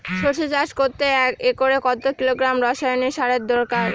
সরষে চাষ করতে একরে কত কিলোগ্রাম রাসায়নি সারের দরকার?